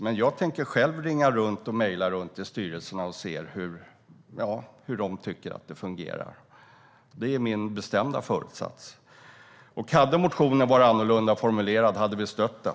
Men jag tänker själv ringa runt och mejla runt till styrelserna för att se hur de tycker att det fungerar. Det är min bestämda föresats. Hade motionen varit annorlunda formulerad så hade vi stött den.